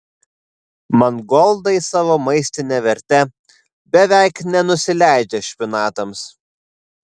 mangoldai savo maistine verte beveik nenusileidžia špinatams